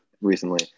recently